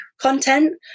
content